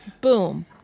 Boom